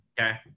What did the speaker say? Okay